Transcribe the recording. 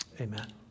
amen